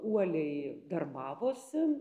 uoliai darbavosi